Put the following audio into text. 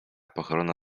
pochylona